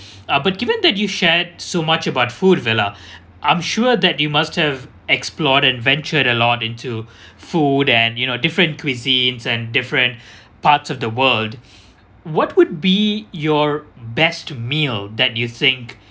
uh but given that you shared so much about food vella I'm sure that you must have explored and ventured a lot into food and you know different cuisines and different parts of the world what would be your best meal that you think